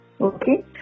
Okay